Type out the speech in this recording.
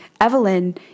Evelyn